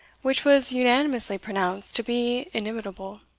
which was unanimously pronounced to be inimitable.